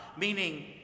meaning